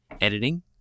editing